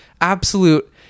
absolute